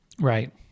Right